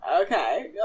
Okay